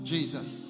Jesus